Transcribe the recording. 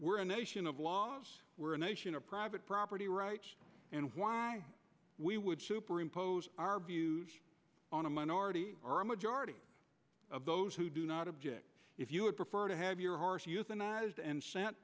we're a nation of laws we're a nation of private property rights and why we would super impose our view on a minority or a majority of those who do not object if you would prefer to have your horse euthanized and sent